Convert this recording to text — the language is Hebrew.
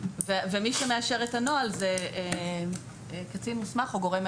מי שמאשר את הנוהל, זה קצין מוסמך או גורם מאשר.